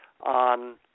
on